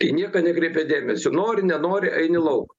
į nieką nekreipė dėmesio nori nenori eini lauk